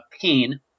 pain